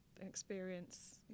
experience